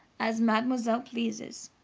as mademoiselle pleases!